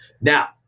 Now